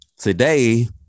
today